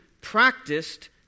practiced